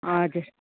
हजुर